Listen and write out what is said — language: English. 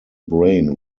brain